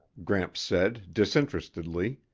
gramps said disinterestedly,